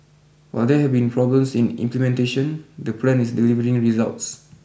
while there have been problems in implementation the plan is delivering results